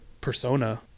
persona